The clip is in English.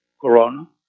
corona